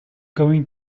going